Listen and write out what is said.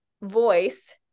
voice